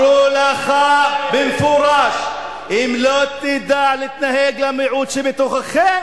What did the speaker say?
אמרו לך במפורש: אם לא תדעו להתנהג למיעוט שבתוככם,